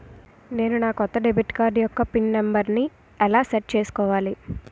నేను నా కొత్త డెబిట్ కార్డ్ యెక్క పిన్ నెంబర్ని ఎలా సెట్ చేసుకోవాలి?